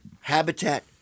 Habitat